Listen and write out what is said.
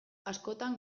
askotan